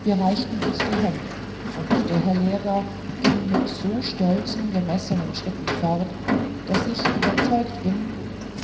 wir reichten uns die hände und der herr lehrer ging mit so stolzen gemessenen schritten fort daß ich überzeugt bin